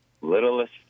littlest